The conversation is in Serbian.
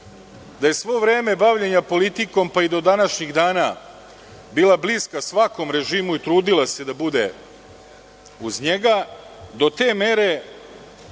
da je svo vreme bavljenja politikom, pa i do današnjeg dana bila bliska svakom režimu i trudila se da bude uz njega, do te mere